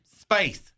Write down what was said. space